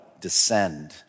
descend